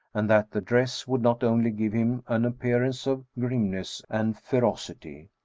and that the dress would not only give him an appearance of grimness and ferocity,